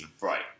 right